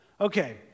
okay